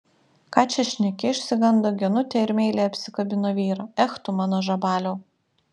ką čia šneki išsigando genutė ir meiliai apsikabino vyrą ech tu mano žabaliau